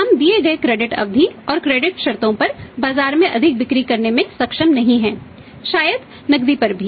हमें credit policy शर्तों पर बाजार में अधिक बिक्री करने में सक्षम नहीं हैं शायद नकदी पर भी